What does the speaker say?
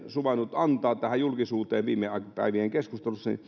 suvainnut antaa julkisuuteen viime päivien keskusteluissa